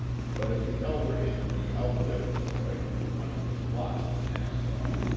but if the elder anthony outlived the boy the money was lost to nassau.